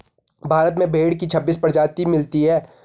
भारत में भेड़ की छब्बीस प्रजाति मिलती है